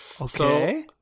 Okay